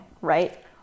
right